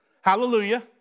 Hallelujah